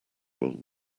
will